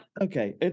Okay